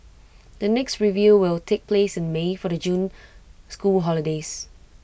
the next review will take place in may for the June school holidays